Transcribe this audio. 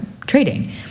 trading